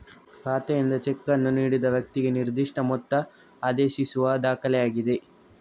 ಖಾತೆಯಿಂದ ಚೆಕ್ ಅನ್ನು ನೀಡಿದ ವ್ಯಕ್ತಿಗೆ ನಿರ್ದಿಷ್ಟ ಮೊತ್ತ ಆದೇಶಿಸುವ ದಾಖಲೆಯಾಗಿದೆ